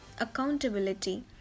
Accountability